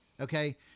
Okay